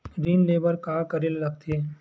ऋण ले बर का करे ला लगथे?